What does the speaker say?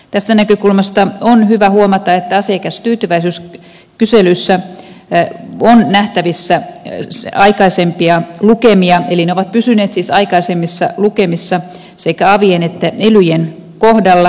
tästä näkökulmasta on hyvä huomata että asiakastyytyväisyyskyselyissä on nähtävissä aikaisempia lukemia eli ne ovat pysyneet siis aikaisemmissa lukemissa sekä avien että elyjen kohdalla